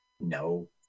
No